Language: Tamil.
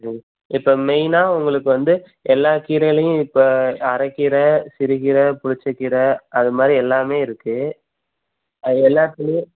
ம் இப்போ மெயினா உங்களுக்கு வந்து எல்லா கீரையிலையும் இப்போ அரைக்கீர சிறுகீரை புளிச்சக்கீரை அது மாதிரி எல்லாமே இருக்குது அது எல்லாத்திலையும்